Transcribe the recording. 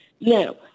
Now